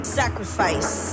sacrifice